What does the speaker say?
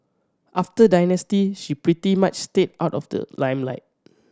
after Dynasty she pretty much stayed out of the limelight